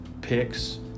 picks